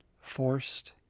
forced